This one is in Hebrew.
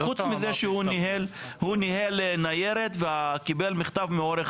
חוץ מזה שהוא ניהל ניירת וקיבל מכתב מעורך